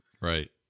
right